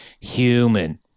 human